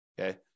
Okay